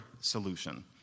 solution